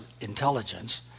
intelligence